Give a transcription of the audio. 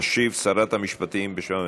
תשיב שרת המשפטים בשם הממשלה.